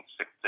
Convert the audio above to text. Six